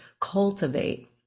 cultivate